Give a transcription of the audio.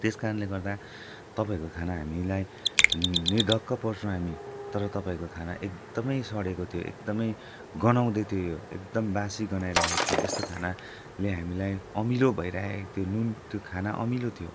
त्यस कारणले गर्दा तपाईँहरूको खाना हामीलाई निर्धक्क पर्छौँ हामी तर तपाईँहरूको खाना एकदमै सडिएको थियो एकदमै गन्हाउँदै थियो यो एकदम बासी गन्हाइरहेको थियो यस्तो खानाले हामीलाई अमिलो भइरहेको थियो नुन त्यो खाना अमिलो थियो